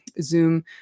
Zoom